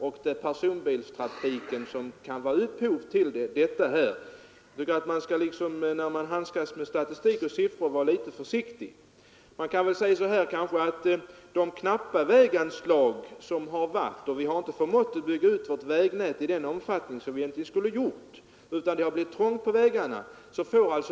Det kan vara personbilstrafiken som är upphov till dessa olyckor. När man handskas med statistik och siffror skall man vara litet försiktig. Man kanske kan säga att de knappa väganslagen gjort att vi inte förmått bygga ut vårt vägnät i den utsträckning som borde ha skett, vilket medfört att det blivit trångt på vägarna.